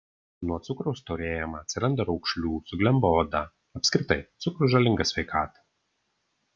nuo cukraus storėjama atsiranda raukšlių suglemba oda apskritai cukrus žalingas sveikatai